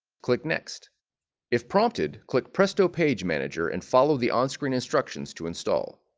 click next if prompted, click presto page manager and follow the on-screen instructions to install.